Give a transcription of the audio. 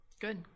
Good